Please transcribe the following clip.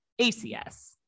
ACS